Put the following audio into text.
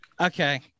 okay